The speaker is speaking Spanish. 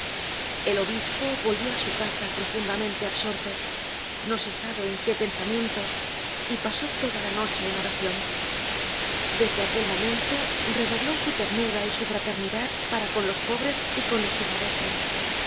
el obispo volvió á su casa profundamente absorto no se sabe en qué pensamientos y pasó toda la noche en oracion desde aquel momento redobló su ternura y su fraternidad para con los pobres y con los que padecen